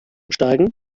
steigen